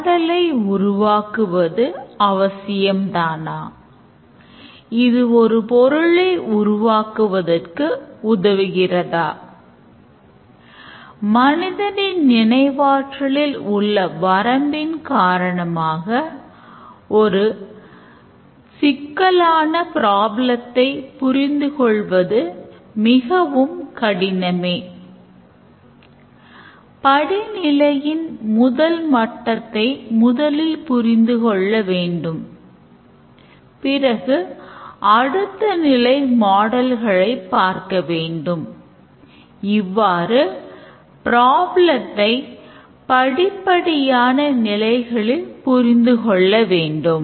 மாடலை படிப்படியான நிலைகளில் புரிந்துகொள்ளவேண்டும்